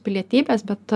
pilietybės bet